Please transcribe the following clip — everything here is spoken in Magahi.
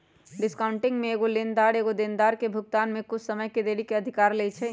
डिस्काउंटिंग में एगो लेनदार एगो देनदार के भुगतान में कुछ समय के देरी के अधिकार लेइ छै